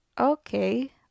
okay